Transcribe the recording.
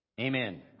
Amen